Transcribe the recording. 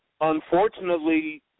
unfortunately